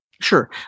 Sure